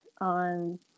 on